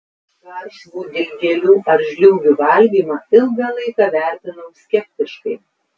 garšvų dilgėlių ar žliūgių valgymą ilgą laiką vertinau skeptiškai